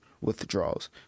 withdrawals